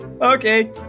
Okay